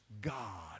God